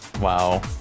Wow